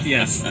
Yes